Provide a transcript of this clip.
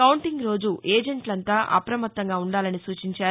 counting రోజు ఏజెంట్లంతా అప్రమత్తంగా ఉండాలని సూచించారు